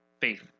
faith